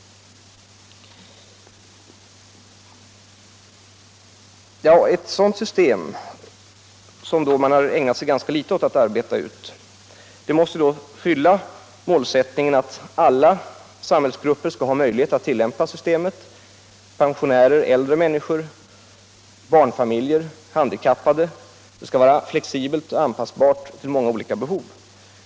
Ett sådant system, som man alltså ganska litet ägnat sig åt att arbeta ut, måste fylla målsättningen att alla samhällsgrupper skall ha möjlighet att tillämpa systemet — äldre människor, barnfamiljer och handikappade. Det skall vara flexibelt och anpassningsbart till många behov.